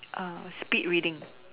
err speed reading